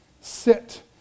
sit